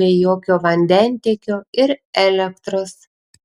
be jokio vandentiekio ir elektros